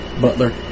Butler